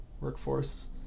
workforce